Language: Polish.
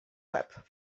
łeb